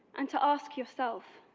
and to ask yourself